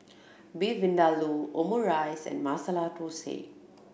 Beef Vindaloo Omurice and Masala Dosa